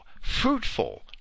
fruitful